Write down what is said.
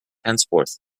henceforth